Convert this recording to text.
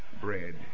bread